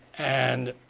and